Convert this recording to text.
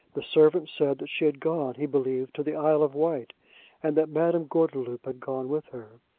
the servant said that she had gone, he believed, to the isle of wight and that madame gordeloup had gone with her.